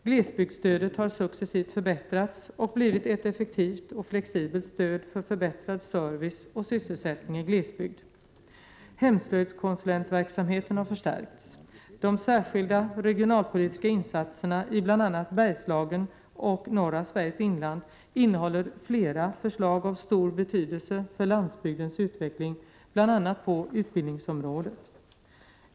Glesbygdsstödet har successivt förbättrats och blivit ett effektivt och flexibelt stöd för förbättrad service och sysselsättning i glesbygd. Hemslöjdskonsulentverksamheten har förstärkts. De särskilda regionalpolitiska insatserna i bl.a. Bergslagen och norra Sveriges inland innehåller flera förslag av stor betydelse för landsbygdens utveckling, t.ex. på utvecklingsområdet.